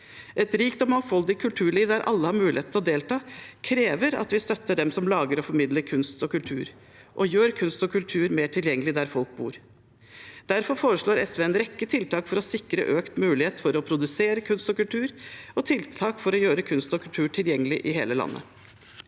Et rikt og mangfoldig kulturliv der alle har mulighet til å delta, krever at vi støtter dem som lager og formidler kunst og kultur, og gjør kunst og kultur mer tilgjengelig der folk bor. Derfor foreslår SV en rekke tiltak for å sikre økt mulighet til å produsere kunst og kultur og tiltak for å gjøre kunst og kultur tilgjengelig i hele landet.